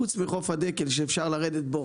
חוץ מחוף הדקל, שאפשר לרדת בו